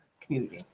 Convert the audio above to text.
community